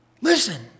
Listen